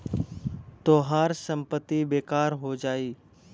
तोहार संपत्ति बेकार हो जाई